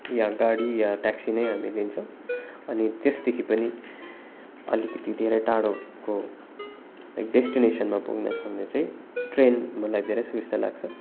या गाडी या ट्याक्सी नै हामी लिन्छौँ अनि त्यसदेखि पनि अलिकति धेरै टाढोको डेस्टिनेसनमा पुग्न छ भने चाहिँ ट्रेन भन्दा धेरै सुबिस्ता लाग्छ